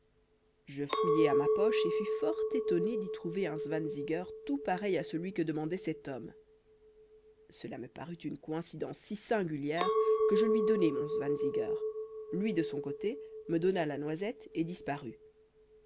je fouillai à ma poche et fut fort étonné d'y trouver un zwanziger tout pareil à celui que demandait cet homme cela me parut une coïncidence si singulière que je lui donnai mon zwanziger lui de son côté me donna la noisette et disparut